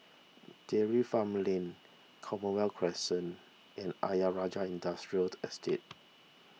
Dairy Farm Lane Commonwealth Crescent and Ayer Rajah Industrial Estate